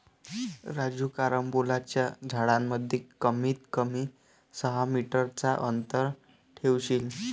राजू कारंबोलाच्या झाडांमध्ये कमीत कमी सहा मीटर चा अंतर ठेवशील